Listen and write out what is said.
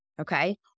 okay